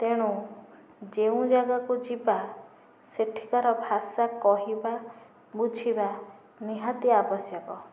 ତେଣୁ ଯେଉଁ ଜାଗାକୁ ଯିବା ସେଠିକାର ଭାଷା କହିବା ବୁଝିବା ନିହାତି ଆବଶ୍ୟକ